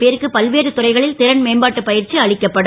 பேருக்கு பல்வேறு துறைகளில் றன் மேம்பாட்டு ப ற்சி அளிக்கப்படும்